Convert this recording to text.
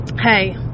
hey